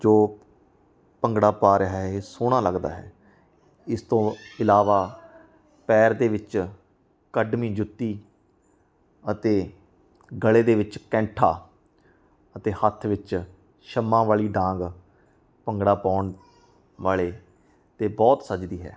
ਜੋ ਭੰਗੜਾ ਪਾ ਰਿਹਾ ਇਹ ਸੋਹਣਾ ਲੱਗਦਾ ਹੈ ਇਸ ਤੋਂ ਇਲਾਵਾ ਪੈਰ ਦੇ ਵਿੱਚ ਕੱਢਮੀ ਜੁੱਤੀ ਅਤੇ ਗਲੇ ਦੇ ਵਿੱਚ ਕੈਂਠਾ ਅਤੇ ਹੱਥ ਵਿੱਚ ਸੰਮਾਂ ਵਾਲੀ ਡਾਂਗ ਭੰਗੜਾ ਪਾਉਣ ਵਾਲੇ 'ਤੇ ਬਹੁਤ ਸਜਦੀ ਹੈ